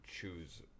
choose